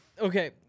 Okay